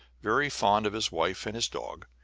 very fond of his wife and his dog,